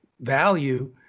value